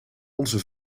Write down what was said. onze